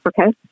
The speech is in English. Okay